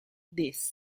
this